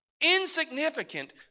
insignificant